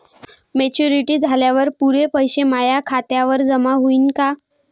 Maturity झाल्यावर पुरे पैसे माया खात्यावर जमा होईन का?